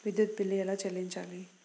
విద్యుత్ బిల్ ఎలా చెల్లించాలి?